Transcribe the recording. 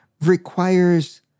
requires